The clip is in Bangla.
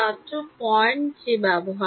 ছাত্র পয়েন্ট যে ব্যবহার